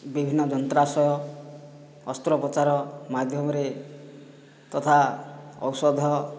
ବିଭିନ୍ନ ଯନ୍ତ୍ରାଂଶୟ ଅସ୍ତ୍ରୋପ୍ରଚାର ମାଧ୍ୟମରେ ତଥା ଔଷଧ